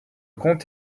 comte